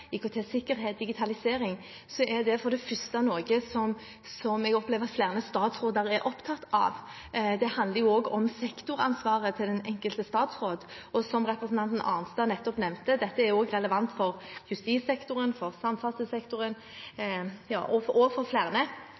er det for det første noe som jeg opplever at flere statsråder er opptatt av. Det handler jo også om sektoransvaret til den enkelte statsråd, og som representanten Arnstad nettopp nevnte, er dette også relevant for justissektoren, samferdselssektoren og